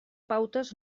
pautes